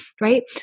right